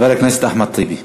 חבר הכנסת אחמד טיבי.